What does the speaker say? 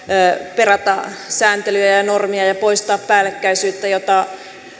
perata sääntelyjä ja normeja ja poistaa päällekkäisyyttä jotta